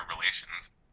relations